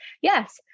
Yes